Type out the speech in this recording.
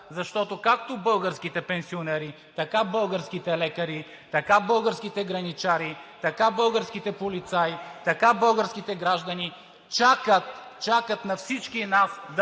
защото както българските пенсионери, така българските лекари, така българските граничари, така българските полицаи, така българските граждани чакат, чакат на всички нас да